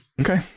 okay